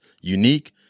unique